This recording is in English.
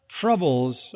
troubles